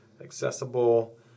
accessible